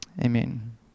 amen